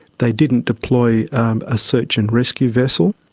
they didn't deploy a search and rescue vessel.